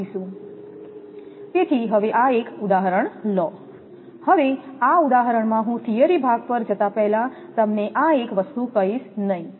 તેથી હવે આ એક ઉદાહરણ લો હવે આ ઉદાહરણ માં હું થિયરી ભાગ પર જતા પહેલા તમને આ એક વસ્તુ કહીશ નહીં